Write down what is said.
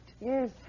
Yes